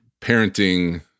Parenting